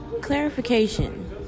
clarification